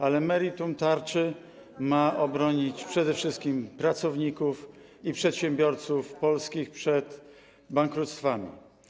Ale meritum tarczy ma obronić przede wszystkim pracowników i przedsiębiorców polskich przed bankructwami.